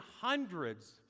hundreds